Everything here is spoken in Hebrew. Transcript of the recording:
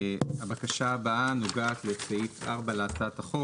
הבקשה הבאה נוגעת לסעיף 4 להצעת החוק